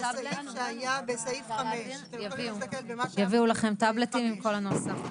זה סעיף שהיה בסעיף 5. יביאו לכם טאבלטים עם כל הנוסח.